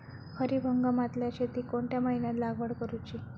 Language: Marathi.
खरीप हंगामातल्या शेतीक कोणत्या महिन्यात लागवड करूची?